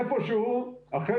איפשהו אחרי